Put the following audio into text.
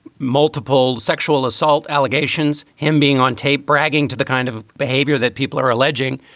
multiple sexual assault allegations, him being on tape, bragging to the kind of behavior that people are alleging.